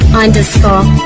underscore